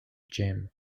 jim